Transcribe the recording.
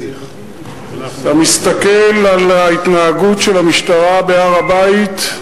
אתה מסתכל על ההתנהגות של המשטרה בהר-הבית,